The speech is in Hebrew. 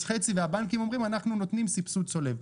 חצי והבנקים אומרים אנחנו נותנים סבסוד צולב.